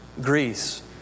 Greece